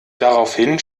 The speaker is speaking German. daraufhin